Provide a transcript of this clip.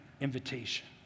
invitation